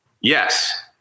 Yes